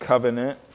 Covenant